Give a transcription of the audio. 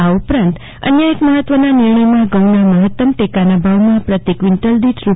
આ ઉપરાંત અન્ય એક મહત્વના નિર્ણયમાં ઘઉંના મહત્તમ ટેકાના ભાવ પ્રતિ ક્વિન્ટલ દીઠ રૂ